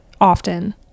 often